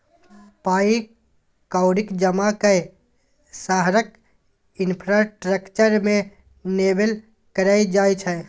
पाइ कौड़ीक जमा कए शहरक इंफ्रास्ट्रक्चर मे निबेश कयल जाइ छै